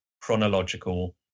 chronological